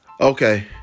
Okay